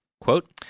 Quote